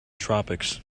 tropics